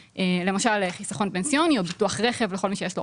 למשל לחיסכון פנסיוני או ביטוח רכב למי שיש רכב,